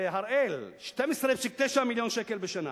ב"הראל", 12.9 מיליון שקל בשנה.